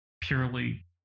purely